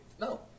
no